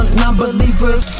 non-believers